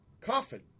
Coffin